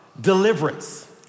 deliverance